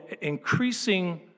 increasing